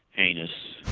heinous,